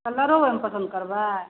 कलरो ओहिमे पसन्द करबै